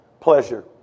pleasure